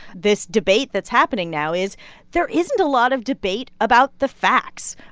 this debate that's happening now is there isn't a lot of debate about the facts.